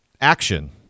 action